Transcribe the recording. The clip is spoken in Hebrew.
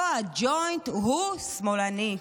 אותו הג'וינט הוא שמאלני.